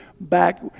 back